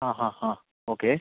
ആ ഹാ ഹാ ഓക്കെ